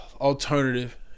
Alternative